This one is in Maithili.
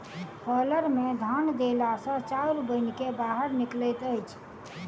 हौलर मे धान देला सॅ चाउर बनि क बाहर निकलैत अछि